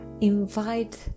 invite